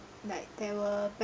like there were